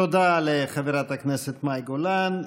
תודה לחברת הכנסת מאי גולן.